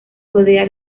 rodea